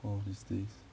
one of these days